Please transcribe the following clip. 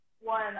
one